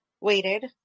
waited